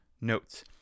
notes